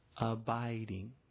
abiding